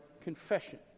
confession